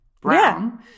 Brown